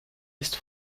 ist